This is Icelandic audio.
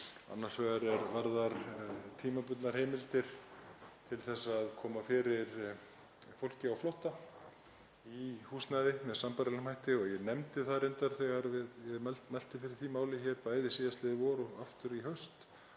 Annars vegar er varðar tímabundnar heimildir til að koma fyrir fólki á flótta í húsnæði með sambærilegum hætti og ég nefndi það reyndar þegar ég mælti fyrir því máli bæði síðastliðið vor og aftur í haust